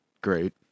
great